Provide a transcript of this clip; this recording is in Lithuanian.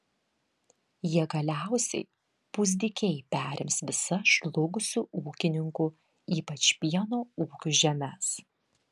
jie galiausiai pusdykiai perims visas žlugusių ūkininkų ypač pieno ūkių žemes